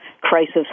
crisis